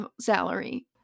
salary